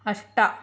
अष्ट